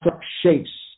shapes